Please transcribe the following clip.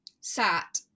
sat